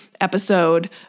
episode